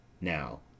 Now